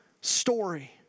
story